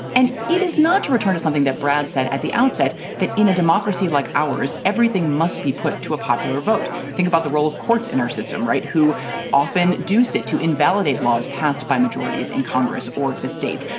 and it is not to return to something that brad said at the outset, that in a democracy like ours, everything must be put to a popular vote. think about the role of courts in our system, right, who often do set to invalidate laws passed by majorities in congress or the states.